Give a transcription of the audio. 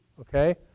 Okay